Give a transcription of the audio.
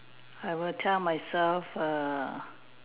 I will tell myself err